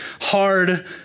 hard